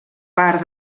part